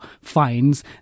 fines